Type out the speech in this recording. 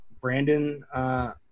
Brandon